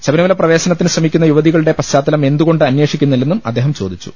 ശബരിമല പ്രവേശനത്തിന് ശ്രമിക്കുന്ന യുവതികളുടെ പശ്ചാത്തലം എന്തുകൊണ്ട് അന്വേഷിക്കുന്നില്ലെന്ന് അദ്ദേഹം ചോദിച്ചു